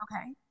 Okay